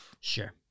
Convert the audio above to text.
Sure